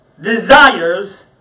desires